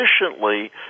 efficiently